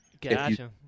Gotcha